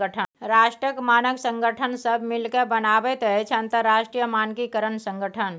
राष्ट्रक मानक संगठन सभ मिलिकए बनाबैत अछि अंतरराष्ट्रीय मानकीकरण संगठन